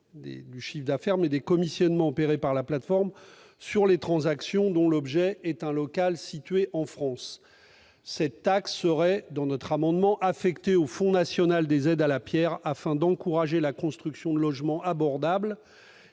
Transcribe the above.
du chiffre d'affaires, mais des commissionnements opérés par la plateforme sur les transactions dont l'objet est un local situé en France. Cette taxe serait affectée au Fonds national des aides à la pierre, afin d'encourager la construction de logements abordables.